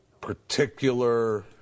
particular